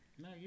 No